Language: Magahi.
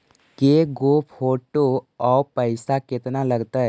के गो फोटो औ पैसा केतना लगतै?